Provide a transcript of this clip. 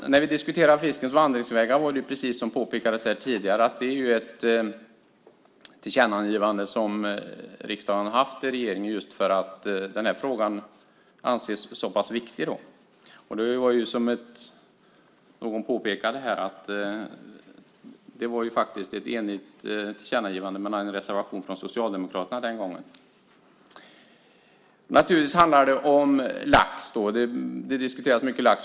När vi diskuterar fiskens vandringsvägar är det precis som påpekades här tidigare: Det är ett tillkännagivande som riksdagen gjort till regeringen just för att den här frågan anses så pass viktig. Som någon påpekade var det faktiskt ett enigt tillkännagivande med en reservation från Socialdemokraterna den gången. Naturligtvis handlar det om lax. Laxen diskuteras mycket.